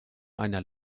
einer